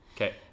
Okay